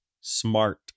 Smart